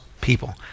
people